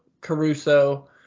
Caruso